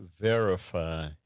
verify